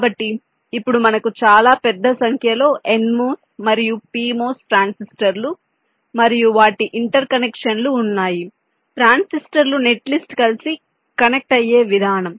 కాబట్టి ఇప్పుడు మనకు చాలా పెద్ద సంఖ్యలో nMOS మరియు pMOS ట్రాన్సిస్టర్లు మరియు వాటి ఇంటర్కనెక్షన్ లు ఉన్నాయి ట్రాన్సిస్టర్లు నెట్లిస్ట్ కలిసి కనెక్ట్ అయ్యే విధానం